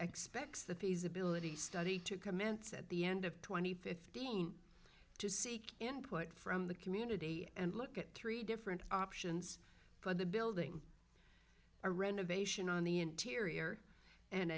expects the feasibility study to commence at the end of twenty fifteen to seek input from the community and look at three different options but the building a renovation on the interior an